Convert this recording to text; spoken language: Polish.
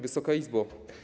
Wysoka Izbo!